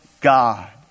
God